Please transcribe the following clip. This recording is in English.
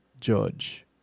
judge